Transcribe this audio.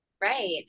Right